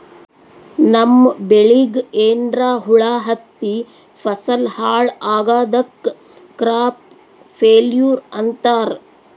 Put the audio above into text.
ನಮ್ಮ್ ಬೆಳಿಗ್ ಏನ್ರಾ ಹುಳಾ ಹತ್ತಿ ಫಸಲ್ ಹಾಳ್ ಆಗಾದಕ್ ಕ್ರಾಪ್ ಫೇಲ್ಯೂರ್ ಅಂತಾರ್